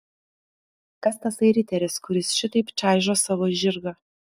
kas tasai riteris kuris šitaip čaižo savo žirgą